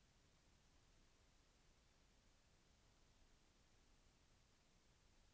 డబ్బు ను ఎంత వరకు డిపాజిట్ చేయవచ్చు?